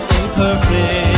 imperfect